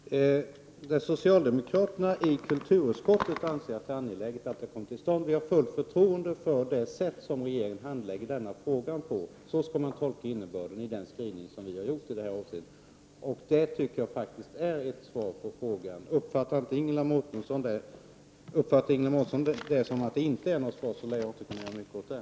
Herr talman! Socialdemokraterna i kulturutskottet anser att det är angeläget att det kommer till stånd en sådan teater. Vi har fullt förtroende för det sätt som regeringen handlägger denna fråga på. Så skall man tolka innebörden i den skrivning som vi har gjort i detta avseende. Det tycker jag faktiskt är ett svar på frågan. Om Ingela Mårtensson uppfattar detta som att det inte är något svar, lär jag inte kunna göra mycket åt det.